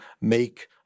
make